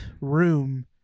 room